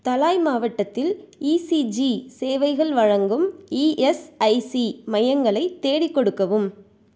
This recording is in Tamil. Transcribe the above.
தலாய் மாவட்டத்தில் ஈசிஜி சேவைகள் வழங்கும் இஎஸ்ஐசி மையங்களைத் தேடிக் கொடுக்கவும்